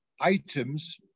items